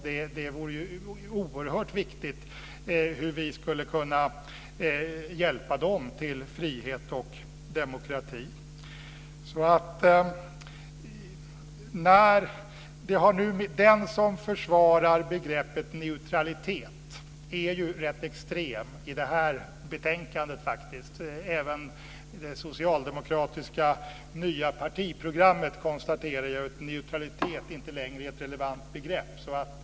Det vore oerhört viktigt för dem att hjälpa dem till frihet och demokrati. Den som försvarar begreppet neutralitet i detta betänkande är extrem. Även i socialdemokraternas nya partiprogram konstateras att neutralitet inte längre är ett relevant begrepp.